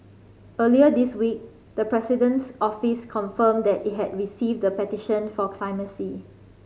earlier this week the President's Office confirmed that it had received the petition for clemency